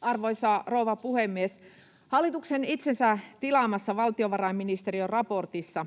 Arvoisa rouva puhemies! Hallituksen itsensä tilaamassa valtiovarainministeriön raportissa